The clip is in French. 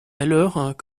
alors